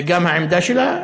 וגם העמדה שלה,